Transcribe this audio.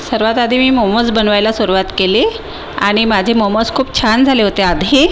सर्वात आधी मी मोमोज बनवायला सुरवात केली आणि माझे मोमोज खूप छान झाले होते आधी